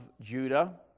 Judah